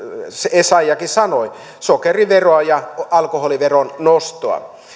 essayahkin sanoi sokeriveron ja ja alkoholiveron noston